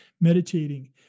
meditating